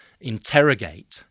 interrogate